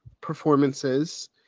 performances